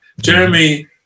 Jeremy